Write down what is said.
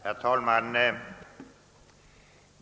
Herr talman!